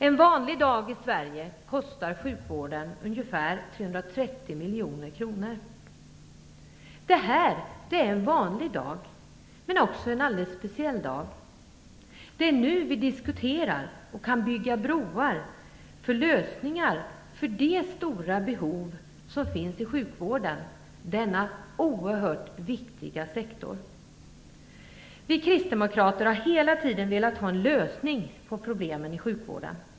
En vanlig dag i Sverige kostar sjukvården ungefär 330 miljoner kronor. Detta är en vanlig dag men också en alldeles speciell dag. Det är nu vi diskuterar och kan bygga broar för att hitta lösningar på de stora behov som finns i sjukvården, denna oerhört viktiga sektor. Vi kristdemokrater har hela tiden velat ha en lösning på problemen i sjukvården.